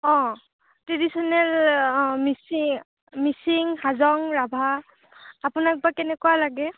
অঁ ট্ৰেদিছনেল অঁ মিচি মিচিং হাজং ৰাভা আপোনাক বা কেনেকুৱা লাগে